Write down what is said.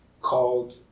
called